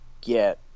get